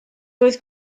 doedd